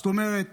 זאת אומרת